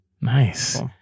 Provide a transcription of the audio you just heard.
Nice